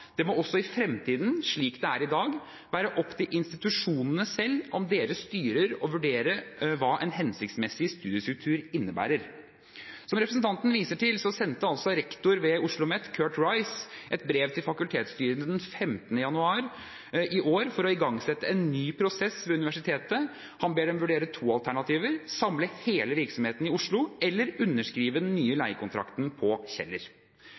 må også i fremtiden, slik det er i dag, være opp til institusjonene selv og deres styrer å vurdere hva en hensiktsmessig studiestedstruktur innebærer.» Som representanten viser til, sendte altså rektor ved OsloMet, Curt Rice, et brev til fakultetsstyrene den 15. januar i år for å igangsette en ny prosess ved universitetet. Han ber dem vurdere to alternativer: samle hele virksomheten i Oslo eller underskrive den nye leiekontrakten på Kjeller.